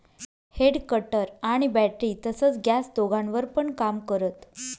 head cutter battery तसच gas दोघांवर पण काम करत